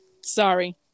Sorry